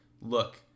look